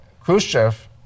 Khrushchev